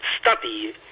study